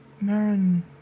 Marin